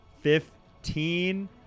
Fifteen